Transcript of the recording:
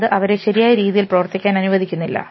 അത് അവരെ ശരിയായ രീതിയിൽ പ്രവർത്തിക്കാൻ അനുവദിക്കുന്നില്ല